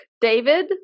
David